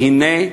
והנה,